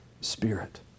spirit